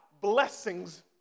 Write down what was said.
blessings